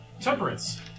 Temperance